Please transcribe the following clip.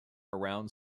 around